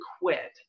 quit